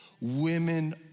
women